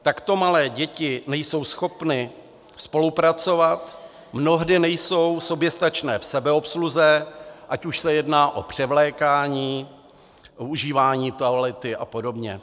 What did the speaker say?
Takto malé děti nejsou schopny spolupracovat, mnohdy nejsou soběstačné v sebeobsluze, ať už se jedná o převlékání, používání toalety apod.